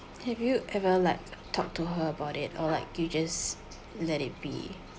have you ever like talk to her about it or like you just let it be